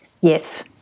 yes